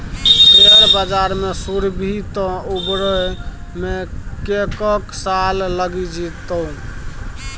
share बजार मे बुरभी तँ उबरै मे कैक साल लगि जेतौ